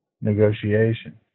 negotiation